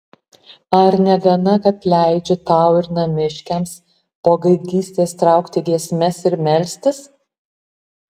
ar negana kad leidžiu tau ir namiškiams po gaidgystės traukti giesmes ir melstis